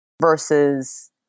versus